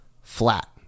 flat